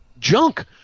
Junk